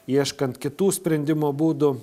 ieškant kitų sprendimo būdų